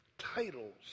titles